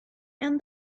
and